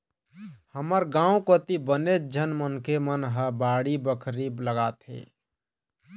हमर गाँव कोती बनेच झन मनखे मन ह बाड़ी बखरी लगाथे